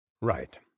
Right